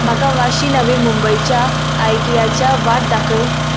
म्हाका वाशी नवी मुंबयच्या आयकियाच्या वाट दाखय